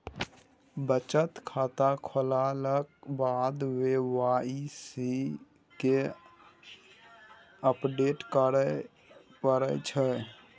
बचत खाता खोललाक बाद के वाइ सी केँ अपडेट करय परै छै